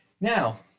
Now